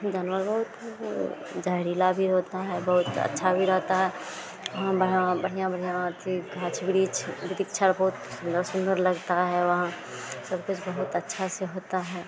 जानवर बहुत वह जहरीला भी होता है बहुत अच्छा भी रहता है वहाँ बड़ा बढ़ियाँ बढ़ियाँ दृश्य घास वृक्ष वृक्ष और बहुत सुन्दर सुन्दर लगता है वहाँ सब कुछ बहुत अच्छा से होता है